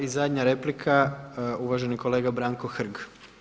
I zadnja replika uvaženi kolega Branko Hrg.